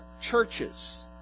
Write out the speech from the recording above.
churches